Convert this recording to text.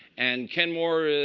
and kenmore,